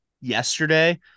yesterday